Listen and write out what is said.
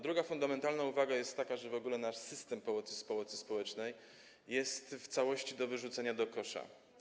Druga fundamentalna uwaga jest taka, że w ogóle nasz system pomocy społecznej jest w całości do wyrzucenia do kosza.